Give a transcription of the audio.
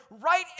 right